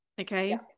okay